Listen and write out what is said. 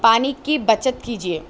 پانی کی بچت کیجیے